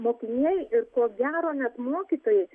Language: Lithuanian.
mokiniai ir ko gero net mokytojai